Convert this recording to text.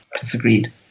disagreed